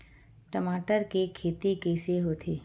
टमाटर के खेती कइसे होथे?